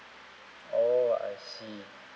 oh I see